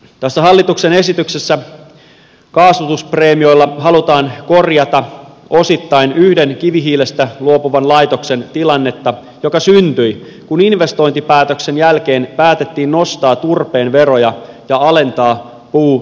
tässä hallituksen esityksessä kaasutuspreemioilla halutaan korjata osittain yhden kivihiilestä luopuvan laitoksen tilannetta joka syntyi kun investointipäätöksen jälkeen päätettiin nostaa turpeen veroja ja alentaa puutukea